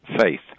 faith